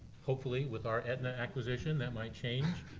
hopefully with our aetna acquisition that might change.